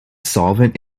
solvent